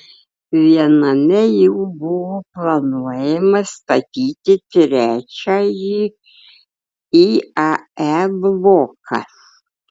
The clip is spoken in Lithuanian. viename jų buvo planuojama statyti trečiąjį iae bloką